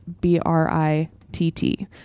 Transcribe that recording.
B-R-I-T-T